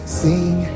sing